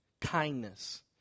kindness